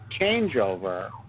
changeover